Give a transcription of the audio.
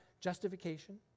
justification